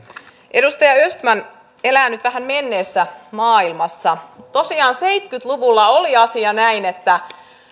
edustaja östman elää nyt vähän menneessä maailmassa tosiaan seitsemänkymmentä luvulla oli asia näin että jos